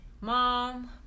mom